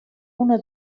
una